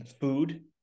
food